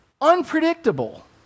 unpredictable